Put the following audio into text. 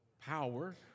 power